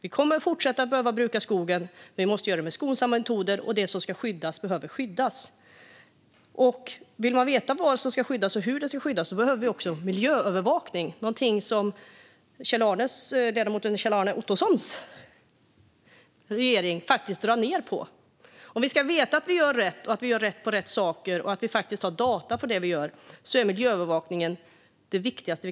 Vi kommer att behöva fortsätta att bruka skogen, men vi måste göra det med skonsammare metoder - och det som ska skyddas behöver skyddas. Om vi vill veta vad som ska skyddas och hur det ska skyddas behövs miljöövervakning, vilket är något som ledamotens regering drar ned på. Om vi ska veta att vi gör rätt och ska ha data på det vi gör är miljöövervakningen väldigt viktig.